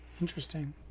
Interesting